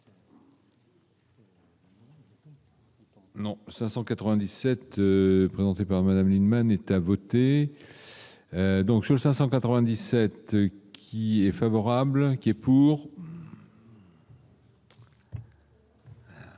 Non 597 présenté par Madame Lienemann voter. Donc, sur 597 qui est favorable, inquiet pour.